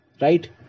right